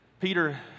Peter